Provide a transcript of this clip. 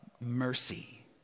mercy